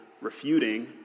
refuting